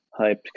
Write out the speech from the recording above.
hyped